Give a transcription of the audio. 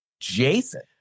Jason